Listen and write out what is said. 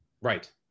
Right